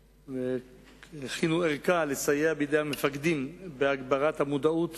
והכינו ערכה לסייע בידי המפקדים בהגברת המודעות